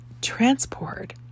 transport